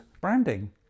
Branding